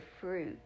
fruit